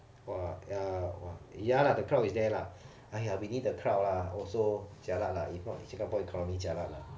!wah! ya !wah! ya lah the crowd is there lah !aiya! we need the crowd lah also jialat lah if not singapore economy jialat lah